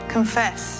Confess